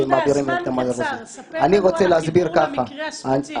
יהודה, ספר על החיבור למקרה הספציפי הזה.